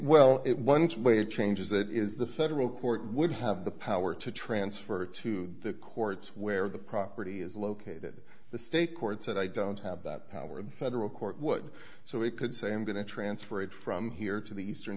way it changes it is the federal court would have the power to transfer to the courts where the property is located the state courts and i don't have that power of federal court would so we could say i'm going to transfer it from here to the eastern